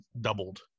doubled